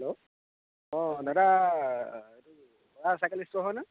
hello অঁ দাদা এইটো বৰা চাইকেল ষ্ট'ৰ হয়নে